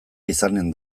izanen